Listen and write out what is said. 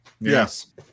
Yes